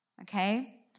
okay